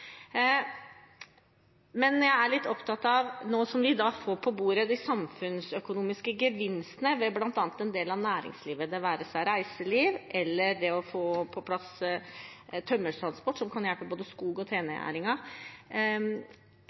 vi nå får på bordet når det gjelder samfunnsøkonomiske gevinster, bl.a. for en del av næringslivet, det være seg reiseliv eller å få på plass tømmertransport, som kan hjelpe både skog- og